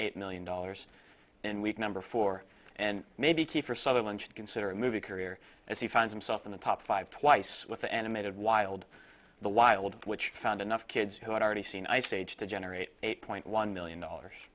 eight million dollars in week number four and maybe kiefer sutherland should consider a movie career as he found himself in the top five twice with the animated wild the wild which found enough kids who had already seen ice age to generate eight point one million dollars